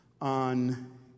on